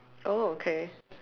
oh okay